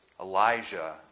Elijah